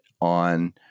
on